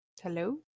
Hello